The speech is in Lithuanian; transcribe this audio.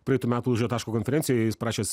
praeitų metų lūžio taško konferencijoj jis parašęs